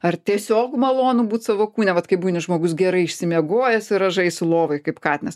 ar tiesiog malonu būt savo kūne vat kai būni žmogus gerai išsimiegojęs ir rąžaisi lovoj kaip katinas